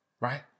Right